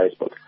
Facebook